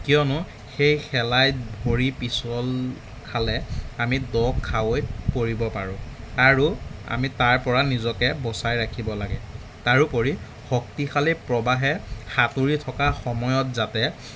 কিয়নো সেই শেলাইত ভৰি পিচল খালে আমি দ খাৱৈত পৰিব পাৰোঁ আৰু আমি তাৰপৰা নিজকে বচাই ৰাখিব লাগে তাৰোপৰি শক্তিশালী প্ৰবাহে সাঁতুৰি থকা সময়ত যাতে